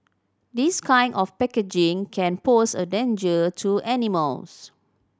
this kind of packaging can pose a danger to animals